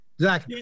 Zach